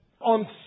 on